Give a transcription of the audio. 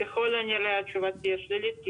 ככל הנראה התשובה תהיה שלילית,